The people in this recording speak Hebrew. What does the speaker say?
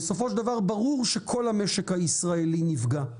בסופו של דבר ברור שכל המשק הישראלי נפגע.